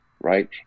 right